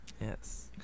Yes